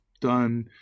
done